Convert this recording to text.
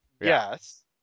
Yes